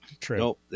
True